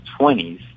20s